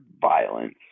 violence